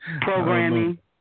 programming